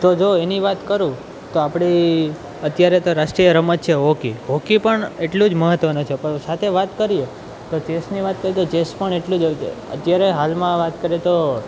તો જો એની વાત કરું તો આપણી અત્યારે તો રાષ્ટ્રીય રમત છે હોકી હોકી પણ એટલું જ મહત્ત્વનો છે પણ સાથે વાત કરીએ તો ચેસની વાત કહી તો ચેસ પણ એટલું જ અત્યારે હાલમાં વાત કરે તો